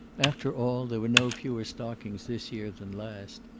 after all, there were no fewer stockings this year than last.